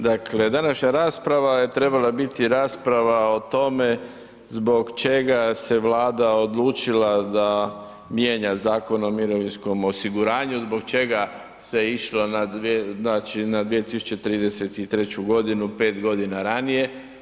Dakle, današnja rasprava je trebala biti rasprava o tome zbog čega se Vlada odlučila da mijenja Zakon o mirovinskom osiguranju, zbog čega se išlo na 2033. g., 5 godina ranije.